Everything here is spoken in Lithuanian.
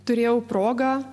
turėjau progą